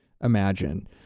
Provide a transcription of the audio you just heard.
imagine